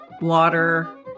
water